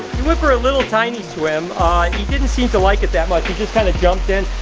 he went for a little tiny swim. he didn't seem to like it that much. he just kind of jumped in,